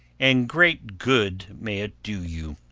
and great good may it do you.